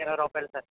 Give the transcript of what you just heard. ఇరవై రూపాయలు సార్